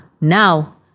now